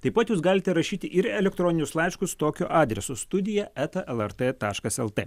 taip pat jūs galite rašyti ir elektroninius laiškus tokiu adresu studija eta lrt taškas lt